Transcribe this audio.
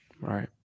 Right